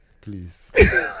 please